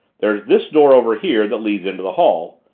there's this door over here that leads into the hall.